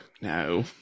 No